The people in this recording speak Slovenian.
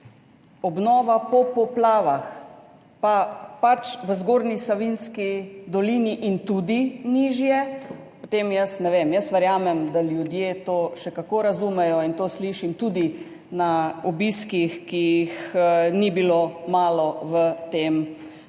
obnova po poplavah v Zgornji Savinjski dolini in tudi nižje, potem jaz ne vem. Jaz verjamem, da ljudje to še kako razumejo, in to slišim tudi na obiskih, ki jih ni bilo malo v tem obdobju.